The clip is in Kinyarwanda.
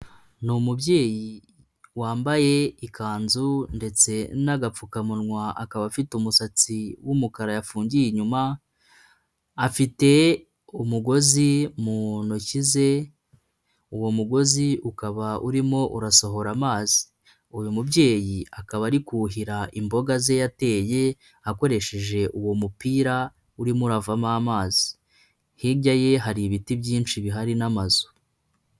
Ni umubyeyi wambaye ikanzu ndetse n'agapfukamunwa akaba afite umusatsi w'umukara yafungiye inyuma, afite umugozi mu ntoki ze, uwo mugozi ukaba urimo urasohora amazi; uyu mubyeyi akaba ari kuhira imboga ze yateye akoresheje uwo mupira urimo uravamo amazi, hirya ye hari ibiti byinshi bihari n'amazu.